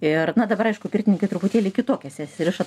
ir na dabar aišku pirtininkai truputėlį kitokias jas riša